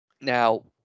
Now